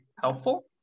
helpful